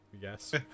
Yes